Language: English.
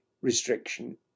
restriction